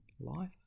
life